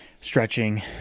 stretching